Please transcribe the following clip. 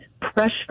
pressure